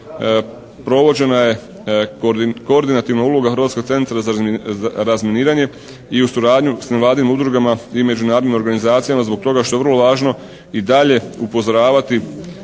provođena je koordinativna uloga Hrvatskog centara za razminiranje i u suradnji sa nevladinim udrugama i međunarodnim organizacijama zbog toga što je vrlo važno i dalje upozoravati